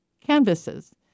canvases